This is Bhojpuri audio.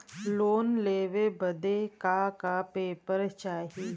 लोन लेवे बदे का का पेपर चाही?